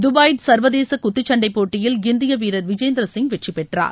Dubai சர்வதேச குத்துச்சண்டைப் போட்டியில் இந்திய வீரர் விஜேந்தர் சிங் வெற்றி பெற்றார்